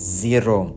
zero